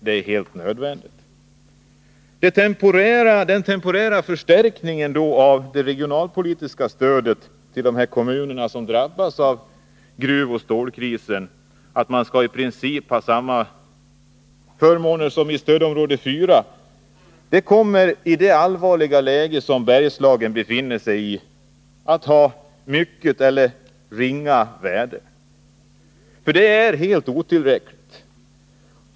Det är helt nödvändigt. Den temporära förstärkningen av det regionalpolitiska stödet till de kommuner som drabbas av gruvoch stålkrisen, som innebär att man i princip skall ha samma förmåner som i stödområde 4, kommer i det allvarliga läge som Bergslagen befinner sig i att ha mycket litet eller ringa värde. Det är nämligen helt otillräckligt.